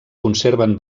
conserven